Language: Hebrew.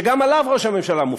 שגם עליו ראש הממשלה מופקד.